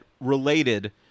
related